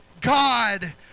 God